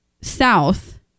south